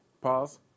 Pause